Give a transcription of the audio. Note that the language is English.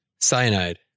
Cyanide